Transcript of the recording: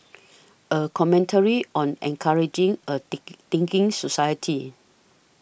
a commentary on encouraging a thinking society